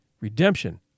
redemption